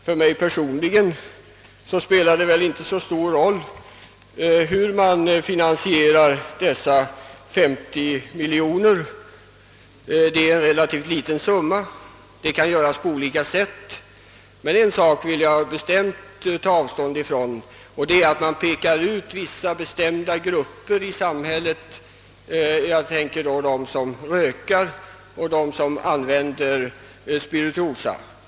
För mig personligen spelar det inte så stor roll hur man finansierar dessa 50 miljoner kronor. Det är en relativt liten summa, som kan skaffas på olika sätt. En metod vill jag dock bestämt ta avstånd från, nämligen att man lägger bördan på vissa grupper i samhället, t.ex. på dem som röker eller använder spirituosa.